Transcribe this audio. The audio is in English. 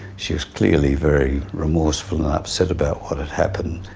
she was clearly very remorseful upset about what had happened.